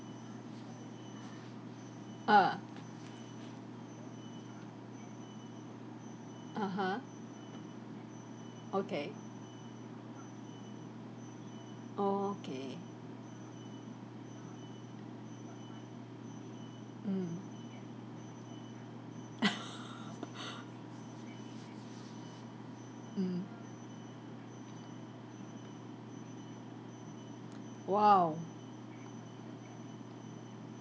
ah (uh huh) okay okay mm mm !wow!